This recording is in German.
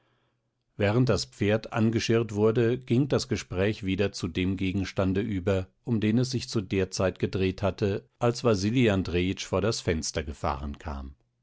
während das pferd angeschirrt wurde ging das gespräch wieder zu dem gegenstande über um den es sich zu der zeit gedreht hatte als wasili andrejitsch vor das fenster gefahren kam